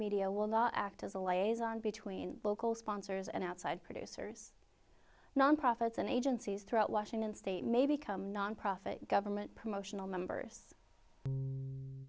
media will not act as a liaison between local sponsors and outside producers non profits and agencies throughout washington state may become nonprofit government promotional numbers